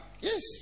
Yes